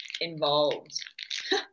involved